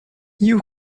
you